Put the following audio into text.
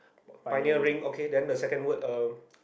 pioneer ring okay then the second word uh